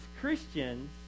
Christians